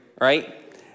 right